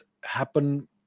happen